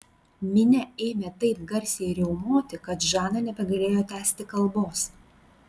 minia ėmė taip garsiai riaumoti kad žana nebegalėjo tęsti kalbos